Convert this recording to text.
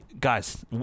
guys